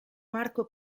marco